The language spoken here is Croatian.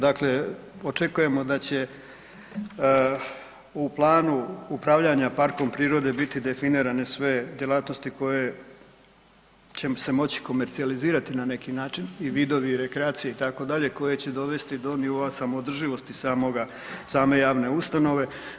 Dakle, očekujemo da će u planu upravljanja parkom prirode biti definirane sve djelatnosti koje će se moći komercijalizirati na neki način i vidovi rekreacije itd. koji će dovesti do nivoa samoodrživosti same javne ustanove.